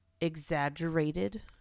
exaggerated